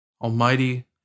Almighty